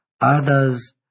Others